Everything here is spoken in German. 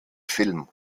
film